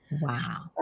Wow